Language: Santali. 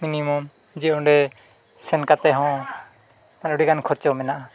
ᱡᱮ ᱚᱸᱰᱮ ᱥᱮᱱ ᱠᱟᱛᱮᱫ ᱦᱚᱸ ᱟᱹᱰᱤᱜᱟᱱ ᱠᱷᱚᱨᱪᱚ ᱢᱮᱱᱟᱜᱼᱟ